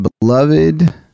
beloved